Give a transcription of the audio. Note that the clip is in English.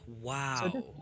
wow